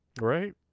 Right